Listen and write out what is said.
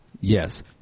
Yes